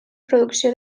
producció